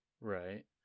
Right